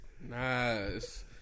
Nice